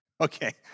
Okay